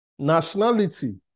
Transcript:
Nationality